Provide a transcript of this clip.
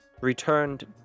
returned